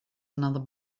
another